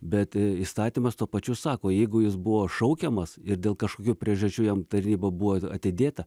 bet įstatymas tuo pačiu sako jeigu jis buvo šaukiamas ir dėl kažkokių priežasčių jam tarnyba buvo atidėta